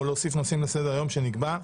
או להוסיף נושאים לסדר היום שנקבע,